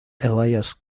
elias